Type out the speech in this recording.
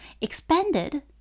expanded